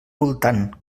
voltant